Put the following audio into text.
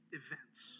events